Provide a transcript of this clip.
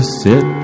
sit